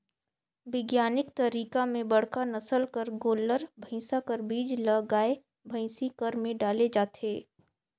बिग्यानिक तरीका में बड़का नसल कर गोल्लर, भइसा कर बीज ल गाय, भइसी कर में डाले जाथे